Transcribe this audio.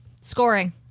Scoring